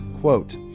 quote